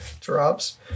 drops